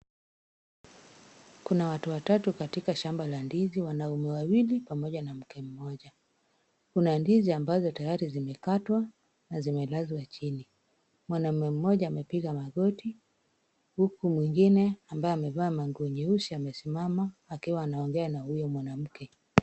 Kuna watu watatu katika shamba la ndizi, wanaume wawili pomaja na mke mmoja. Kuna ndizi ambazo tayari zimekatwa na zimelazwa chini mwanamume moja amepiga magoti, huku ni mwingine ambayo amevaa nguo nyeusi amesimama akiwa anaongea na huyo mwanamke.